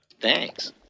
Thanks